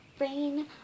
rain